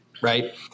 Right